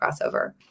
crossover